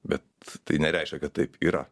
bet tai nereiškia kad taip yra